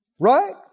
Right